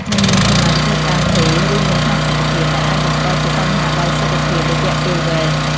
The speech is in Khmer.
មិនមានកន្លែងធ្វើការថេរ ឬមានផាសុកភាព ដែលអាចបង្កជាបញ្ហាដល់សុខភាពរយៈពេលវែង ។